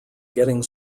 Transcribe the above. getting